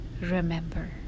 Remember